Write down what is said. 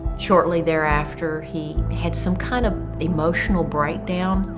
shortly thereafter, he had some kind of emotional breakdown.